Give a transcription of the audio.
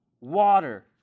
water